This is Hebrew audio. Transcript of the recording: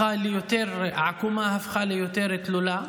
העקומה הפכה ליותר תלולה,